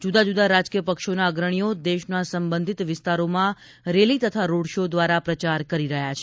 જુદાં જુદાં રાજકીય પક્ષોના અગ્રણીઓ દેશના સંબંધીત વિસ્તારોમાં રેલી તથા રોડ શો દ્વારા પ્રચાર કરી રહ્યા છે